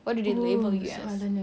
what do they label you as